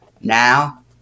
now